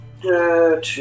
two